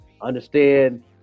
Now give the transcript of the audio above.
understand